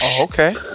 okay